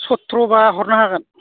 चट्र बा हरनो हागोन